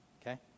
Okay